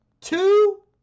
two